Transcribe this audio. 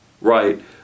right